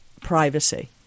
privacy